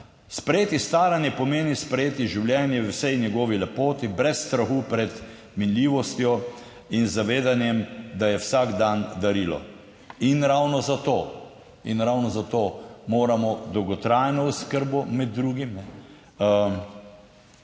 Sprejeti staranje pomeni sprejeti življenje v vsej njegovi lepoti, brez strahu pred minljivostjo in zavedanjem, da je vsak dan darilo. In ravno za to in ravno zato moramo dolgotrajno oskrbo med drugim